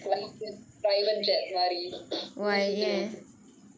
flight private jet மாறி ஊரு சுத்துறதுக்கு:maari ooru suthurathukku